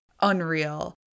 unreal